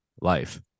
life